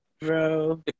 bro